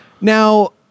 Now